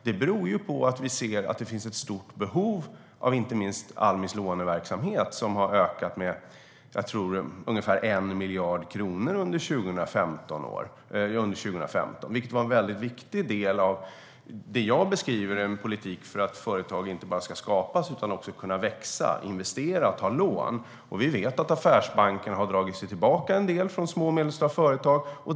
Det beror på att vi ser att det finns ett stort behov av inte minst Almis låneverksamhet, som har ökat med ungefär 1 miljard kronor under 2015. Det är en mycket viktig del av det som jag beskriver som en politik för att företag inte bara ska skapas utan också kunna växa, investera och ta lån. Vi vet att affärsbankerna har dragit sig tillbaka en del från små och medelstora företag.